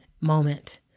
moment